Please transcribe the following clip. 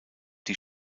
die